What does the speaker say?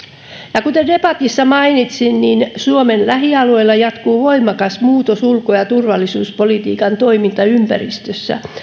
ollut kuten debatissa mainitsin suomen lähialueella jatkuu voimakas muutos ulko ja ja turvallisuuspolitiikan toimintaympäristössä